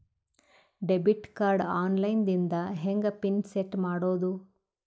Debit card online ದಿಂದ ಹೆಂಗ್ PIN set ಮಾಡೋದು?